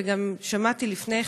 וגם שמעתי לפני כן,